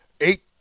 Eight